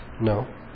no